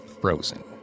frozen